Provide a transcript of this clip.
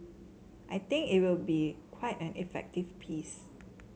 I think it will be quite an effective piece